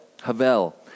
havel